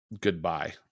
goodbye